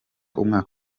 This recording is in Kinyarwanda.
umwaka